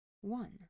one